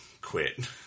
quit